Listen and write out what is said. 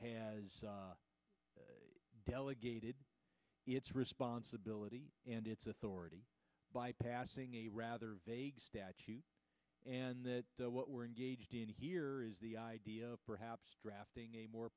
has delegated its responsibility and its authority by passing a rather vague statute and that what we're engaged in here is the idea of perhaps drafting a more